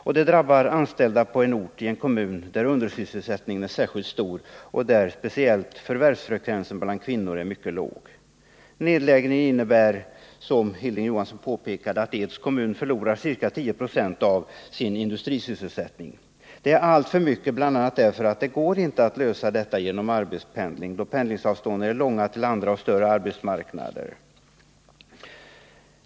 Och det gäller här anställda som bor i en ort där undersysselsättningen är särskilt stor och där speciellt förvärvsfrekvensen bland kvinnor är mycket låg. Nedläggningen innebär, som Hilding Johansson påpekade, att Eds kommun förlorar ca 10 96 av sin industrisysselsättning. Det är alltför mycket, bl.a. därför att det inte går att lösa problemen genom arbetspendling, då pendlingsavstånden är långa till andra och större arbetsmarknader.